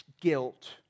guilt